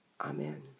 Amen